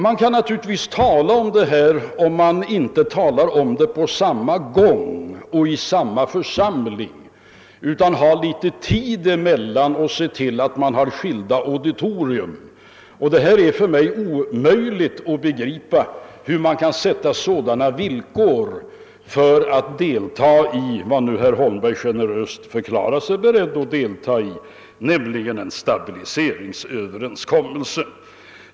Man kan naturligtvis tala om dessa två ting, om man inte gör det på samma gång och i samma församling utan har litet tid emellan och ser till att man har skilda auditorier. För mig är det emellertid omöjligt att begripa hur man kan sätta upp sådana villkor för att delta i vad herr Holmberg nu generöst har förklarat sig beredd att delta i, nämligen en stabiliseringsöverenskommelse.